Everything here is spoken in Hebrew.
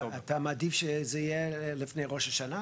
אתה מעדיף שזה יהיה לפני ראש השנה?